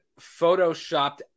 Photoshopped